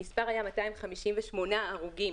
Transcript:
המספר היה 258 הרוגים,